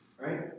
right